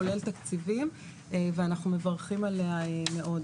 כולל תקציבים ואנחנו מברכים עליה מאוד.